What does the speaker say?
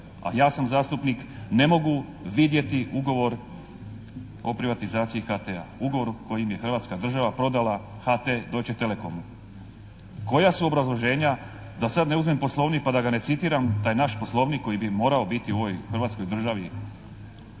a ja sam zastupnik, ne mogu vidjeti ugovor o privatizaciji HT-a, ugovor kojim je Hrvatska država prodala HT Deutche Telekomu. Koja su obrazloženja, da sada ne uzmem Poslovnik pa da ga ne citiram, taj naš Poslovnik koji bi morao biti u ovoj Hrvatskoj državi